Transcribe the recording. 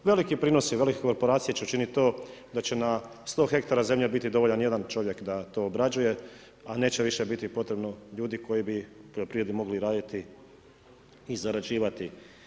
Veliki prinosi, velike korporacije će učiniti to, da će na 100 hektara zemlje biti dovoljan 1 čovjek da to odrađuje, a neće više biti potrebno ljudi koji bi poljoprivredu mogli raditi i zarađivati.